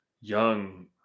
young